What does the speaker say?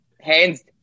Hands